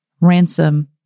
ransom